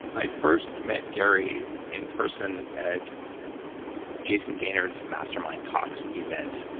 i first met gary in person at jayson gaignard's mastermind talks event,